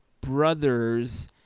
brothers